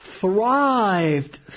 thrived